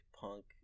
punk